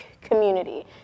community